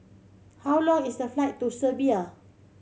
how long is the flight to Serbia